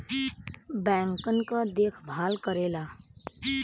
बैंकन के देखभाल करेला